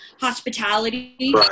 hospitality